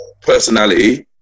personality